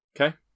Okay